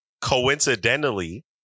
coincidentally